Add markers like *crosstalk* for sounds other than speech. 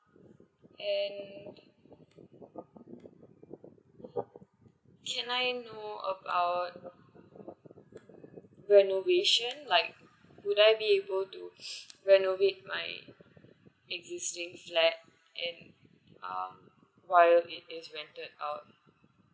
and can I know about renovation like would I be able to *noise* renovate my existing flat and um while it is rented out